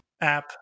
app